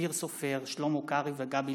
אופיר סופר, שלמה קרעי וגבי